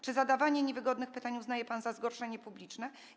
Czy zadawanie niewygodnych pytań uznaje pan za zgorszenie publiczne?